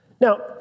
Now